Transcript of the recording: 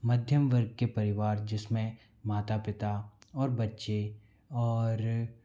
मध्यम वर्ग के परिवार जिसमें माता पिता और बच्चे और